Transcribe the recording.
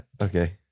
Okay